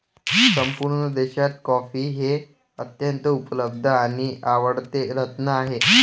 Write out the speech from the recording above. संपूर्ण देशात कॉफी हे अत्यंत उपलब्ध आणि आवडते रत्न आहे